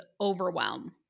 overwhelm